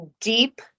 deep